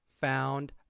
found